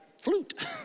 flute